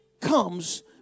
comes